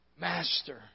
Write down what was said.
master